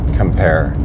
compare